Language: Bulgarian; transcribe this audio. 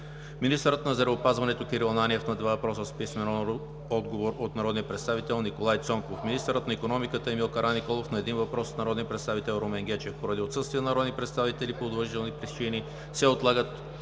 министърът на здравеопазването Кирил Ананиев – на два въпроса с писмен отговор от народния представител Николай Цонков; - министърът на икономиката Емил Караниколов – на един въпрос от народния представител Румен Гечев. Поради отсъствие на народни представители по уважителни причини се отлагат